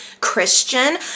Christian